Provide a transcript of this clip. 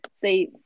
say